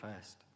first